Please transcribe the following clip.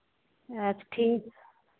अच्छा ठीक